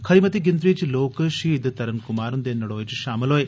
खरी मती गिनतरी च लोक शहीद तरन कुमार हंदे नड़ोए च शामल होए